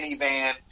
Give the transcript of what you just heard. minivan